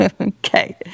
Okay